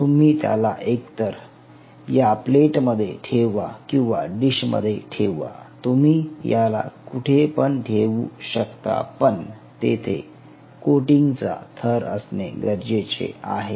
तुम्ही त्याला एक तर या प्लेटमध्ये ठेवा किंवा डिशमध्ये ठेवा तुम्ही याला कुठे पण ठेवू शकता पण तेथे कोटींगचा थर असणे गरजेचे आहे